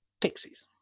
Pixies